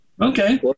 Okay